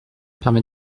permet